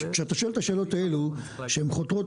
כשאתה שואל את השאלות האלו שהן חותרות